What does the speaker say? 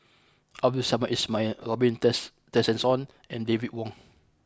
Abdul Samad Ismail Robin Tess Tessensohn and David Wong